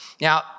Now